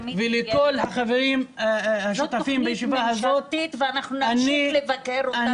תוכנית ממשלתית ואנחנו נמשיך לבקר אותה.